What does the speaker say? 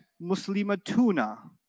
muslimatuna